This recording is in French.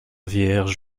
vierge